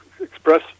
express